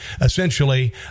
essentially